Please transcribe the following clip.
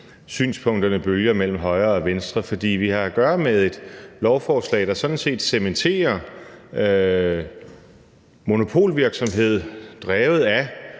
synspunkterne bølger mellem højre og venstre, for vi har at gøre med et lovforslag, der sådan set cementerer monopolvirksomhed drevet af